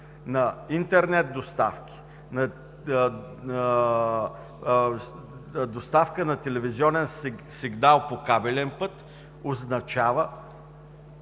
на интернет доставки, на доставка на телевизионен сигнал по кабелен път, означава